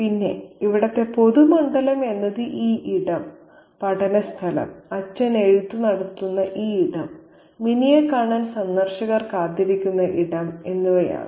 പിന്നെ ഇവിടുത്തെ പൊതുമണ്ഡലം എന്നത് ഈ ഇടം പഠനസ്ഥലം അച്ഛൻ എഴുത്ത് നടത്തുന്ന ഇടം മിനിയെ കാണാൻ സന്ദർശകർ കാത്തിരിക്കുന്ന ഇടം എന്നിവയാണ്